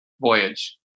voyage